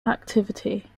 activity